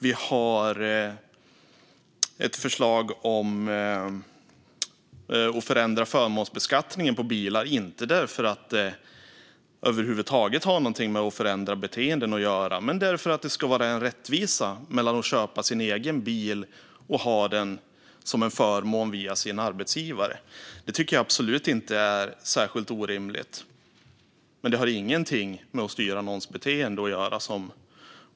Vi har ett förslag om att förändra förmånsbeskattningen på bilar - inte därför att det över huvud taget har någonting att göra med att förändra beteenden utan för att det ska vara en rättvisa mellan att köpa sin egen bil och ha den som en förmån via sin arbetsgivare. Det tycker jag absolut inte är särskilt orimligt. Men det har ingenting att göra med att styra någons beteende.